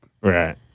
Right